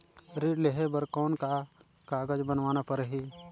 ऋण लेहे बर कौन का कागज बनवाना परही?